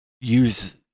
use